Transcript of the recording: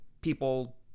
people